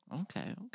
okay